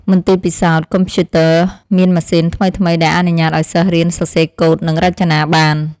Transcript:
មន្ទីរពិសោធន៍កុំព្យូទ័រមានម៉ាស៊ីនថ្មីៗដែលអនុញ្ញាតឱ្យសិស្សរៀនសរសេរកូដនិងរចនាបាន។